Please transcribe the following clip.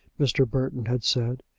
mr. burton had said.